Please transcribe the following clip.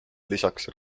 lisaks